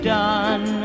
done